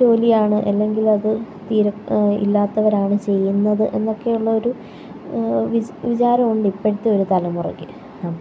ജോലിയാണ് അല്ലെങ്കിൽ അത് തീരെ ഇല്ലാത്തവരാണ് ചെയ്യുന്നത് എന്നൊക്കെ ഉള്ളൊരു വിചാരമുണ്ട് ഇപ്പോഴത്തെ ഒരു തലമുറയ്ക്ക് അപ്പോൾ